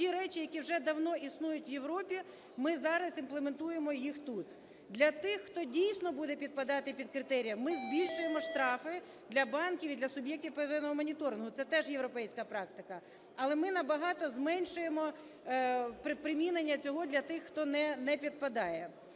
ті речі, які вже давно існують в Європі, ми зараз імплементуємо їх тут. Для тих, хто, дійсно, буде підпадати під критерії, ми збільшуємо штрафи для банків, і для суб'єктів первинного моніторингу, це теж європейська практика. Але ми набагато зменшуємо примінення цього для тих, хто не підпадає.